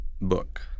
book